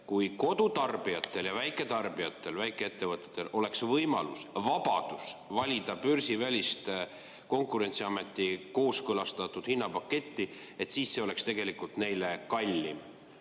kui kodutarbijatel ja väiketarbijatel, väikeettevõtetel oleks võimalus, vabadus valida börsivälist Konkurentsiameti kooskõlastatud hinnapaketti, siis see oleks tegelikult neile kallim.